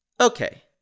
Okay